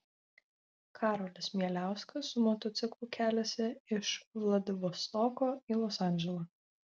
karolis mieliauskas su motociklu keliasi iš vladivostoko į los andželą